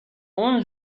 اون